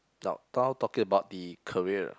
now tal~ talking about the career